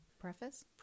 preface